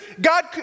God